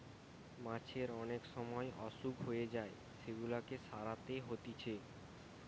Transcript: মাছের অনেক সময় অসুখ হয়ে যায় সেগুলাকে সারাতে হতিছে